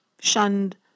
Shunned